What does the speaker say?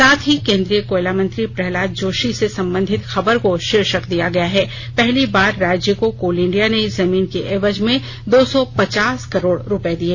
साथ ही केंद्रीय कोयला मंत्री प्रहलाद जोशी से संबंधित खबर को शीर्षक दिया है पहली बार राज्य को कोल इंडिया ने जमीन के एवज में दो सौ पचास करोड़ रुपये दिए